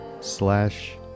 slash